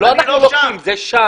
לא אנחנו לוקחים, זה שם.